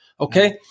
Okay